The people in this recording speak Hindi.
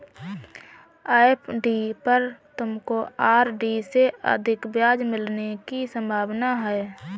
एफ.डी पर तुमको आर.डी से अधिक ब्याज मिलने की संभावना है